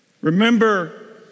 Remember